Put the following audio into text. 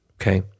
Okay